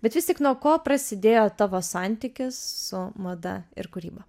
bet vis tik nuo ko prasidėjo tavo santykis su mada ir kūryba